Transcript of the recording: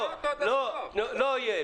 לא יהיה.